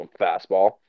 Fastball